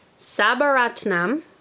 Sabaratnam